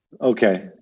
Okay